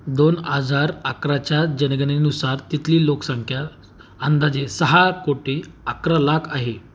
दोन हजार अकराच्या जनगणनेनुसार तिथली लोकसंख्या अंदाजे सहा कोटी अकरा लाख आहे